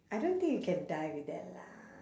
I don't think you can die with that lah